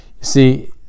See